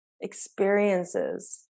experiences